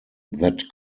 that